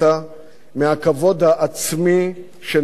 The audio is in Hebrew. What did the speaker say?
מהכבוד העצמי שנלקח מהם,